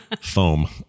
Foam